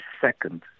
second